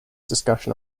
discussion